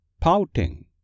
Pouting